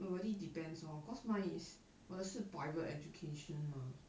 err really depends lor cause mine is 我的是 private education mah